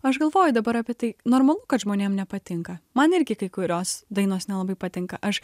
aš galvoju dabar apie tai normalu kad žmonėm nepatinka man irgi kai kurios dainos nelabai patinka aš